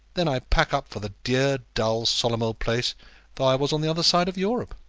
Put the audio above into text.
then i'd pack up for the dear, dull, solemn old place though i was on the other side of europe.